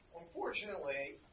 Unfortunately